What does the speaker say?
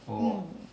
mm